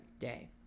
day